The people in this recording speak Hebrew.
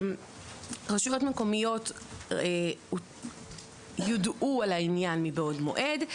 רשויות מקומיות יודעו על העניין מבעוד מועד,